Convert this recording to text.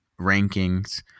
rankings